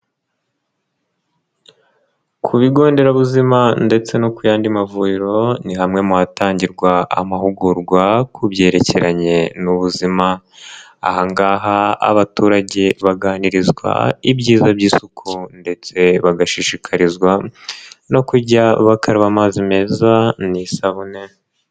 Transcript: Ku bigo nderabuzima ndetse no ku yandi mavuriro, ni hamwe mu hatangirwa amahugurwa ku byerekeranye n'ubuzima. Aha ngaha abaturage baganirizwa ibyiza by'isuku ndetse bagashishikarizwa no kujya bakaraba amazi meza n'isabune.